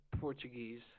Portuguese